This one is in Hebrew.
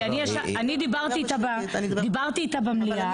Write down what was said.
כי אני דיברתי איתה, דיברתי איתה המליאה.